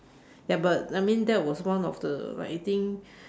ya but I mean that was one of the I think